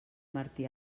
martí